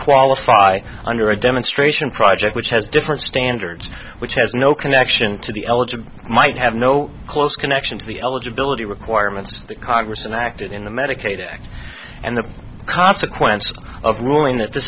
qualify under a demonstration project which has different standards which has no connection to the eligible might have no close connection to the eligibility requirements of the congress and acted in the medicaid act and the consequences of ruling that the